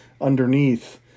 underneath